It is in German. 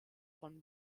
von